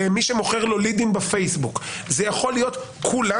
במי שמוכר לידים בפייסבוק זה יכול להיות כולם.